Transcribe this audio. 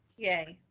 yay.